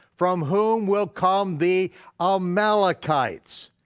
from whom will come the um amalekites.